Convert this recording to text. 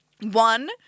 One